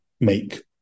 make